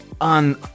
on